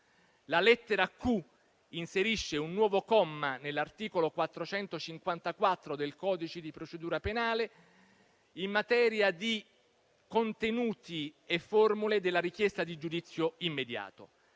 La lettera *q*) inserisce un nuovo comma nell'articolo 454 del codice di procedura penale in materia di contenuti e formule della richiesta di giudizio immediato.